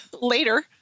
later